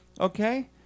Okay